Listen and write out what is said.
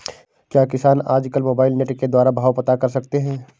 क्या किसान आज कल मोबाइल नेट के द्वारा भाव पता कर सकते हैं?